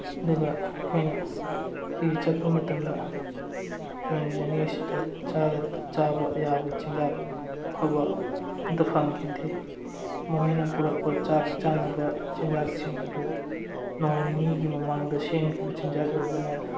ꯑꯗꯨꯒ ꯑꯩꯈꯣꯏꯅ ꯁꯤꯒꯤ ꯆꯠꯄ ꯃꯇꯝꯗ ꯇ꯭ꯔꯦꯟꯒꯤ ꯖꯔꯅꯤ ꯑꯁꯤꯗ ꯆꯥꯕ ꯌꯥꯕ ꯆꯤꯟꯖꯥꯛ ꯑꯐꯕ ꯑꯃꯇ ꯐꯪꯈꯤꯗꯦ ꯃꯈꯣꯏꯅ ꯄꯨꯔꯛꯄ ꯆꯥꯛ ꯆꯥꯅꯕ ꯆꯤꯟꯖꯥꯛꯁꯤꯡ ꯑꯗꯨ ꯅꯣꯡ ꯅꯤꯅꯤꯒꯤ ꯃꯃꯥꯡꯗ ꯁꯦꯝꯈꯤꯕ ꯆꯤꯟꯖꯥꯛ ꯑꯣꯏꯕꯅ